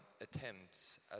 attempts